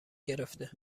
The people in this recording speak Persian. گرفته